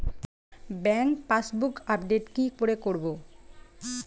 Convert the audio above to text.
Bank passbook update কি করে করবো?